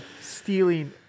Stealing